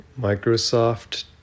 Microsoft